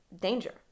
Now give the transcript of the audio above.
danger